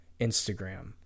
Instagram